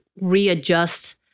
readjust